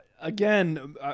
Again